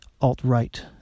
alt-right